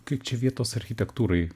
kaip čia vietos architektūrai